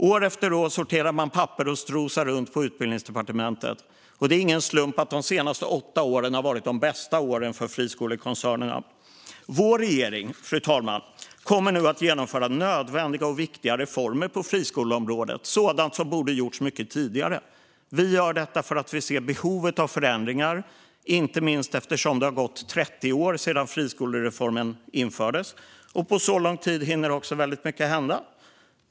År efter år sorterar man papper och strosar runt på Utbildningsdepartementet. Det är ingen slump att de senaste åtta åren har varit de bästa åren för friskolekoncernerna. Vår regering kommer nu att genomföra nödvändiga och viktiga reformer på friskoleområdet, sådant som borde ha gjorts mycket tidigare. Vi gör detta därför att vi ser behovet av förändringar, inte minst eftersom det har gått 30 år sedan friskolereformen infördes, och på så lång tid hinner mycket hända.